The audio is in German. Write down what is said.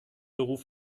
beruf